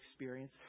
experience